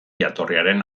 jatorriaren